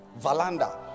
valanda